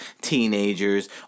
teenagers